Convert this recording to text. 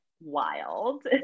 wild